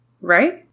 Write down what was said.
Right